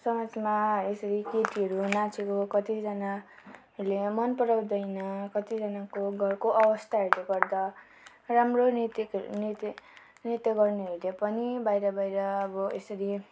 समाजमा यसरी केटीहरू नाचेको कतिजनाले मन पराउँदैन कतिजनाको घरको अवस्थाहरूले गर्दा राम्रो नर्तकहरू नित्य नृत्य गर्नेहरूले पनि बाहिर बाहिर अब यसरी